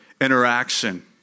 interaction